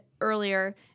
earlier